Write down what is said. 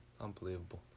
Unbelievable